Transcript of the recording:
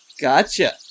Gotcha